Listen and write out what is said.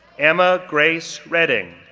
emma grace redding,